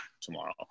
tomorrow